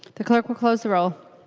the clerk will close the roll.